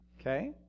okay